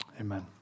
amen